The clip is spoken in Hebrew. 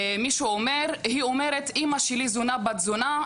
מישהו אומר: "היא אומרת אמא שלי זונה בת זונה.